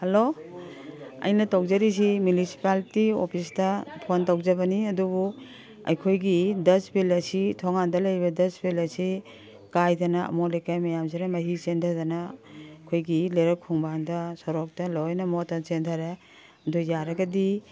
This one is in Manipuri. ꯍꯜꯂꯣ ꯑꯩꯅ ꯇꯧꯖꯔꯤꯁꯤ ꯃꯤꯎꯅꯤꯁꯤꯄꯥꯂꯤꯇꯤ ꯑꯣꯐꯤꯁꯇ ꯐꯣꯟ ꯇꯧꯖꯕꯅꯤ ꯑꯗꯨꯕꯨ ꯑꯩꯈꯣꯏꯒꯤ ꯗꯁꯕꯤꯜ ꯑꯁꯤ ꯊꯣꯡꯒꯥꯟꯗ ꯂꯩꯔꯤꯕ ꯗꯁꯕꯤꯜ ꯑꯁꯤ ꯀꯥꯏꯗꯅ ꯑꯃꯣꯠ ꯑꯀꯥꯏ ꯃꯌꯥꯝꯁꯤꯅ ꯃꯍꯤ ꯆꯦꯟꯗꯗꯅ ꯑꯩꯈꯣꯏꯒꯤ ꯂꯩꯔꯛ ꯈꯣꯡꯕꯥꯟꯗ ꯁꯣꯔꯣꯛꯇ ꯂꯣꯏꯅ ꯃꯣꯠꯇꯅ ꯆꯦꯟꯙꯔꯦ ꯑꯗꯨ ꯌꯥꯔꯒꯗꯤ